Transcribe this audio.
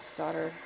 daughter